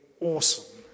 awesome